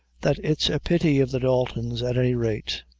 that it's a pity of the daltons, at any raite.